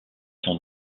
son